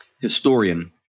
historian